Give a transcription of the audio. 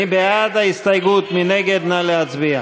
נצביע,